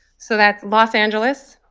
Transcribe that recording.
so that's los angeles,